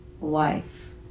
life